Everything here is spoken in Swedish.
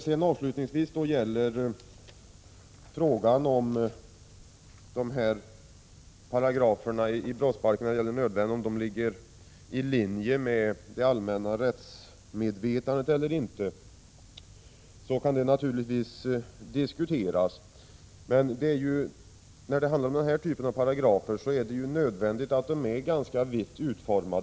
Frågan om paragraferna om nödvärn i brottsbalken ligger i linje med det allmänna rättsmedvetandet eller ej kan naturligtvis diskuteras. Det är nödvändigt att den här typen av paragrafer är vitt utformade.